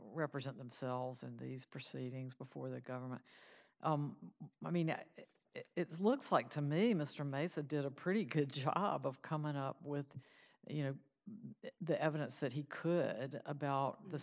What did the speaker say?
represent themselves in these proceedings before the government i mean it's looks like to me mr mesa did a pretty good job of coming up with you know the evidence that he could about the